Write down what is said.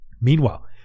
Meanwhile